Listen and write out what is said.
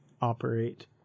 operate